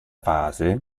fase